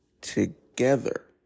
together